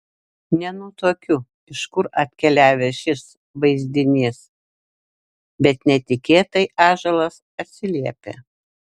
nenutuokiu iš kur atkeliavęs šis vaizdinys bet netikėtai ąžuolas atsiliepia